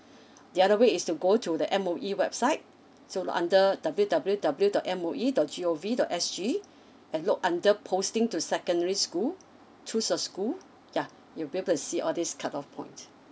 the other way is to go to the M_O_E website so look under W W W dot M O E dot G O V dot S G and look under posting to secondary school choose a school yeah you'll be able to see all these cut off point